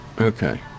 Okay